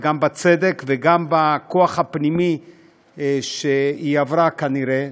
גם בצדק וגם בכוח הפנימי שהיא עברה כנראה.